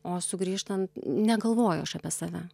o sugrįžtant negalvoju aš apie save